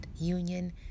union